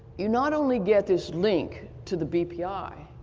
you not only get this link to the bpi,